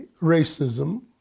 racism